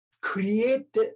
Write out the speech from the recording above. Create